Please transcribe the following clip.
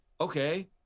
okay